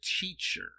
teacher